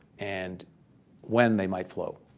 and when they might flow.